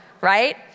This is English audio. right